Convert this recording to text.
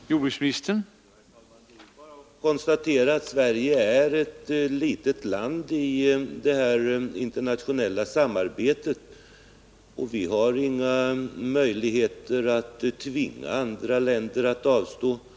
Herr talman! Det är bara att konstatera att Sverige är ett litet land i det internationella samarbetet, och vi har inga möjligheter att tvinga andra länder att avstå från dumpning.